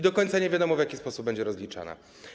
Do końca nie wiadomo, w jaki sposób będzie ona rozliczana.